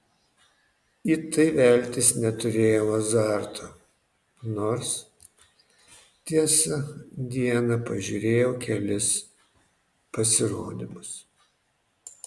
į tai veltis neturėjau azarto nors tiesa dieną pažiūrėjau kelis pasirodymus